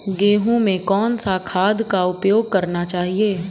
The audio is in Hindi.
गेहूँ में कौन सा खाद का उपयोग करना चाहिए?